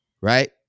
right